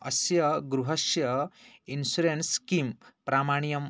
अस्य गृहस्य इन्शुरन्स् किं प्रामाण्यम्